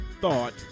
thought